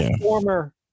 former